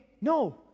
No